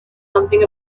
something